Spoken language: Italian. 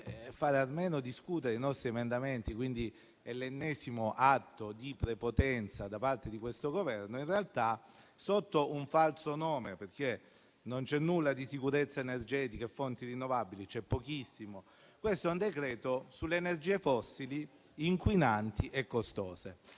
poter almeno discutere i nostri emendamenti - quindi è l'ennesimo atto di prepotenza da parte di questo Governo - in realtà, sotto un falso nome - perché di sicurezza energetica e fonti rinnovabili c'è pochissimo o nulla - è un provvedimento sulle energie fossili inquinanti e costose.